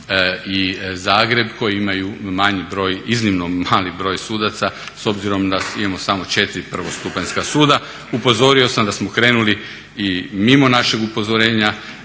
i Zagreb koji imaju manji broj iznimno mali broj sudaca s obzirom da imamo samo 4 prvostupanjska suda. Upozorio sam da smo krenuli i mimo našeg upozorenja